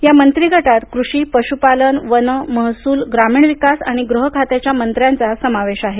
या मंत्री गटात कृषी पशुपालन वन महसूल ग्रामीण विकास आणि गृह खात्याच्या मंत्र्यांचा समावेश आहे